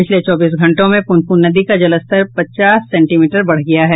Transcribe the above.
पिछले चौबीस घंटों में पुनपुन नदी का जलस्तर पचास सेंटीमीटर बढ़ गया है